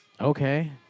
Okay